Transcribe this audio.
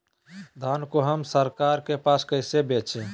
धान को हम सरकार के पास कैसे बेंचे?